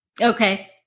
Okay